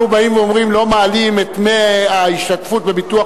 אנחנו באים ואומרים: אנחנו לא מעלים את דמי ההשתתפות בביטוח